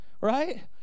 right